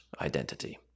identity